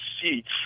seats